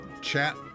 chat